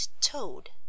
toad